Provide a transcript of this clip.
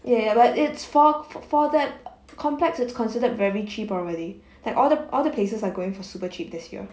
ya ya ya but it's for for for that complex is considered very cheap already like all the other places are going for super cheap this year